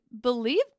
believe